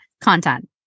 content